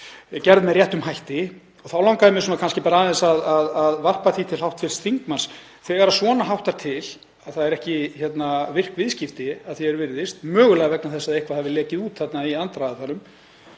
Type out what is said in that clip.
verið gerð með réttum hætti. Þá langaði mig kannski aðeins að varpa því til hv. þingmanns: Þegar svo háttar til að það eru ekki virk viðskipti, að því er virðist, mögulega vegna þess að eitthvað hafi lekið út þarna í aðdragandanum,